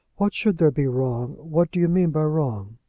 what should there be wrong? what do you mean by wrong?